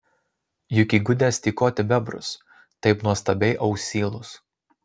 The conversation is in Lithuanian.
juk įgudęs tykoti bebrus taip nuostabiai ausylus